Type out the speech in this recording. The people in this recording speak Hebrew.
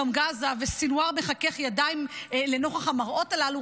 וסנוואר מחכך ידיים לנוכח המראות הללו,